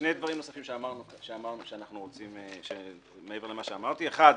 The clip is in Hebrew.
שני דברים נוספים שאמרנו שאנחנו רוצים מעבר למה שאמרתי אחד,